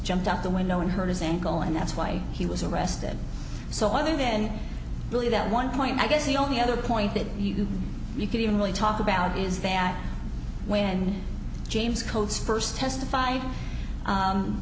jumped out the window and hurt his ankle and that's why he was arrested so other then really that one point i guess the only other point that you you could even really talk about is that when james coats first testified